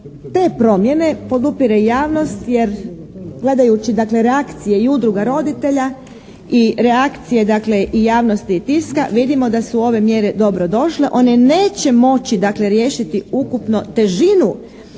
te promjene podupire javnost jer gledajući dakle reakcije i udruga roditelja i reakcije dakle i javnosti i tiska vidimo da su ove mjere dobro došle. One neće moći dakle riješiti ukupno težinu